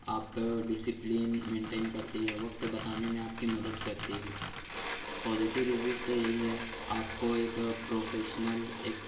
آپ کا discipline maintain کرتی ہے وقت بتانے میں آپ کی مدد کرتی ہے پوزیٹیو ریویو تو یہی ہے آپ کو ایک پروفیشنل ایک